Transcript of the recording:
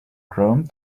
chrome